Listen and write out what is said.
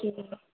केले